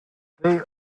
they